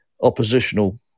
oppositional